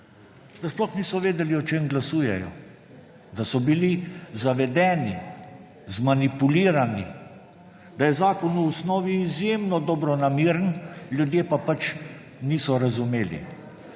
da sploh niso vedeli, o čem glasujejo. Da so bili zavedeni, zmanipulirani, da je zakon v osnovi izjemno dobronameren, ljudje pa pač niso razumeli.